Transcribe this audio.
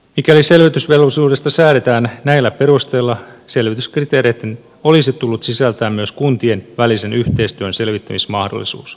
mikäli selvitysvelvollisuudesta säädetään näillä perusteilla selvityskriteereitten olisi tullut sisältää myös kuntien välisen yhteistyön selvittämismahdollisuus